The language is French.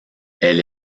elle